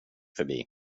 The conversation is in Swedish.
förbi